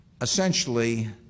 essentially